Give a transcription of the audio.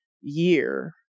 year